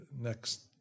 next